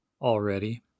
already